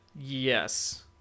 yes